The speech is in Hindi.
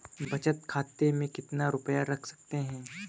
बचत खाते में कितना रुपया रख सकते हैं?